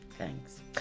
Thanks